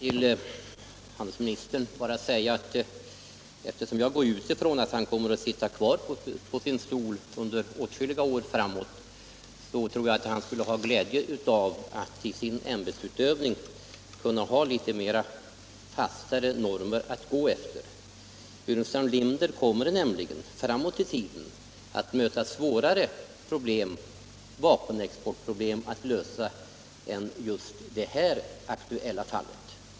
Herr talman! Jag vill till handelsministern bara säga, eftersom jag utgår från att han tänker sitta kvar på sin stol under åtskilliga år, att jag tror att han skulle ha glädje av att i sin ämbetsutövning kunna ha litet fastare 75 Om ökad rättvisa i normer att gå efter. Herr Burenstam Linder kommer nämligen att i framtiden möta svårare vapenexportproblem än i det här aktuella fallet.